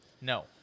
No